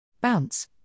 Bounce